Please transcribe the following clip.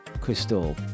crystal